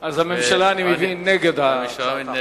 אז הממשלה, אני מבין, נגד הצעת החוק.